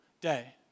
day